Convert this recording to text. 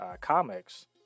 comics